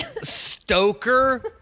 Stoker